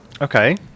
okay